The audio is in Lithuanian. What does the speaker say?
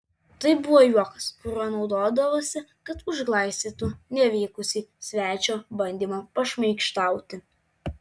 tai buvo juokas kuriuo naudodavosi kad užglaistytų nevykusį svečio bandymą pašmaikštauti